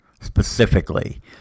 specifically